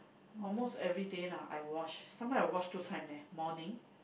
almost everyday lah I wash sometime I wash two time leh morning